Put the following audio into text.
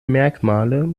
merkmale